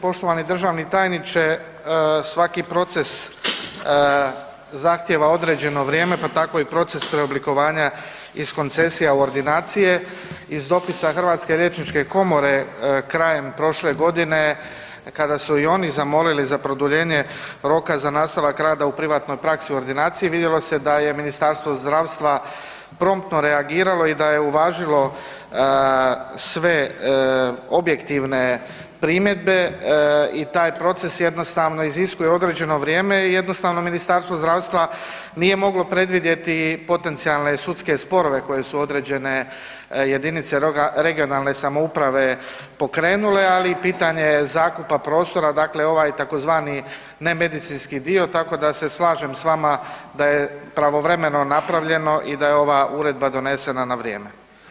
Poštovani državni tajniče, svaki proces zahtijeva određeno vrijeme pa tako i proces preoblikovanja iz koncesija u ordinacije, iz dopisa Hrvatske liječničke komore krajem prošle godine kada su i oni zamolili za produljenje roka za nastavak rada u privatnoj praksi u ordinaciji, vidjelo se da je Ministarstvo zdravstva promptno reagiralo i da je uvažilo sve objektivne primjedbe i taj proces jednostavno iziskuje određeno vrijeme i jednostavno Ministarstva zdravstva nije moglo predvidjeti potencijalne sudske sporove koje su određene jedinice regionalne samouprave pokrenuli, ali i pitanje zakupa prostora, dakle ovaj tzv. nemedicinski dio, tako da se slažem s vama da je pravovremeno napravljeno i da je ova uredba donesena na vrijeme.